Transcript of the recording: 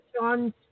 John